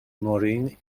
maureen